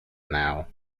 now